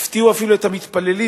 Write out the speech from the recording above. שהפתיעו אפילו את המתפללים